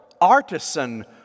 artisan